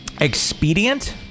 Expedient